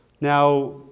Now